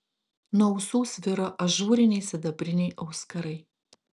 nuo ausų sviro ažūriniai sidabriniai auskarai